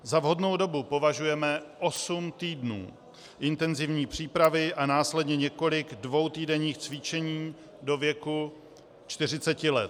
Za vhodnou dobu považujeme osm týdnů intenzivní přípravy a následně několik dvoutýdenních cvičení do věku 40 let.